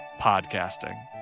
podcasting